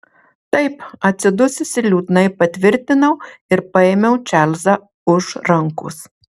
taip atsidususi liūdnai patvirtinau ir paėmiau čarlzą už rankos